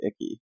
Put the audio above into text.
icky